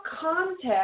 context